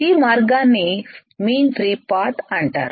ఈ మార్గాన్ని mean free path అంటారు